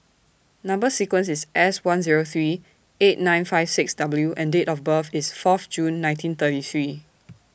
Number sequence IS S one Zero three eight nine five six W and Date of birth IS Fourth June nineteen thirty three